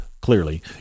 clearly